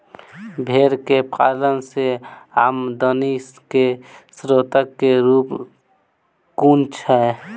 भेंर केँ पालन सँ आमदनी केँ स्रोत केँ रूप कुन छैय?